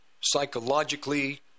psychologically